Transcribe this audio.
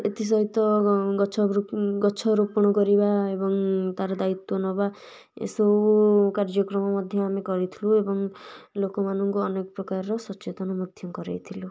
ଏଥି ସହିତ ଗଛ ରୋପଣ କରିବା ଏବଂ ତା'ର ଦାୟିତ୍ୱ ନେବା ଏସବୁ କାର୍ଯ୍ୟକ୍ରମ ମଧ୍ୟ ଆମେ କରିଥିଲୁ ଏବଂ ଲୋକମାନଙ୍କୁ ଅନେକ ପ୍ରକାରର ସଚେତନ ମଧ୍ୟ କରେଇଥିଲୁ